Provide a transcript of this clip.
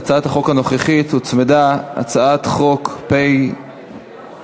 להצעת החוק הנוכחית הוצמדה הצעת חוק פ/1910,